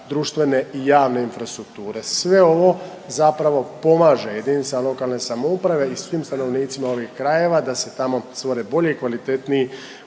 društvene i javne infrastrukture. Sve ovo zapravo pomaže jedinicama lokalne samouprave i svim stanovnicima ovih krajeva da se tamo stvore bolji i kvalitetniji